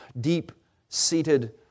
deep-seated